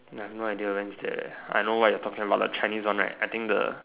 I got no idea when is that leh I know what you're talking about the Chinese one right I think the